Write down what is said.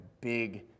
big